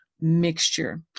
mixture